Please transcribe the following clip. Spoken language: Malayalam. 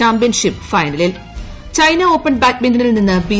ചാമ്പ്യൻഷിപ്പ് ഫൈനലിൽ ചൈന ഓപ്പൺ ബാഡ്മിന്റണിൽ നിന്ന് ബി